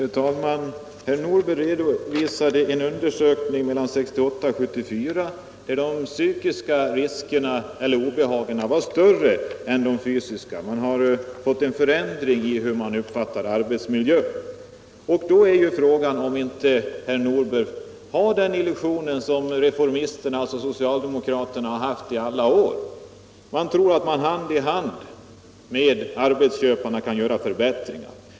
Herr talman! Herr Nordberg redovisade en undersökning gjord mellan 1968 och 1974 av vilken det framgick att de psykiska obehagen var större än de fysiska. Uppfattningen av arbetsmiljön har förändrats. Frågan är om inte herr Nordberg har den illusion som reformisterna — alltså socialdemokraterna — haft i alla år. Man tror att man hand i hand med arbetsköparna kan nå förbättringar.